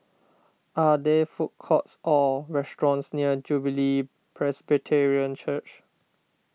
are there food courts or restaurants near Jubilee Presbyterian Church